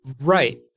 Right